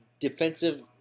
defensive